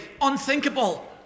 unthinkable